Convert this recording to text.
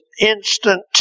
instant